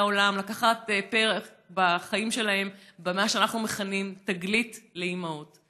העולם לקחת חלק בחיים שלהן במה שאנחנו מכנים "תגלית לאימהות".